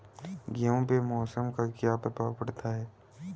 गेहूँ पे मौसम का क्या प्रभाव पड़ता है?